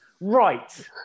Right